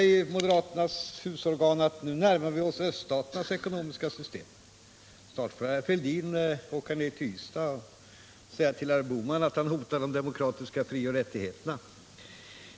I moderaternas husorgan har jag kunnat läsa att vi nu närmar oss öststaternas ekonomiska system. Snart får herr Fälldin åka till Ystad och säga till herr Bohman att han hotar de demokratiska frioch rättigheterna.